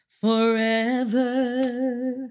forever